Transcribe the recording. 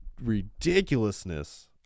ridiculousness